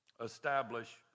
establish